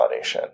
validation